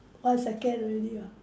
one second already [what]